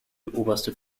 oberste